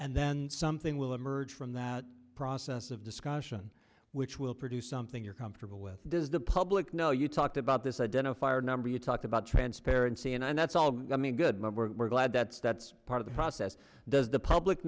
and then something will emerge from that process of discussion which will produce something you're comfortable with does the public know you talked about this identifier number you talked about transparency and that's all i'm a good member glad that's that's part of the process does the public